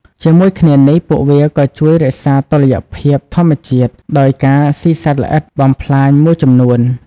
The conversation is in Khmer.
ជាមួយគ្នានេះ ពួកវាក៏ជួយរក្សាតុល្យភាពធម្មជាតិដោយការស៊ីសត្វល្អិតបំផ្លាញមួយចំនួន។